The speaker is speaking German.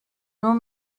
nur